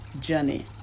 journey